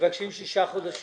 מבקשים שישה חודשים.